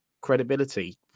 credibility